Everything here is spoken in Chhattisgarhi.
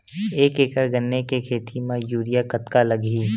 एक एकड़ गन्ने के खेती म यूरिया कतका लगही?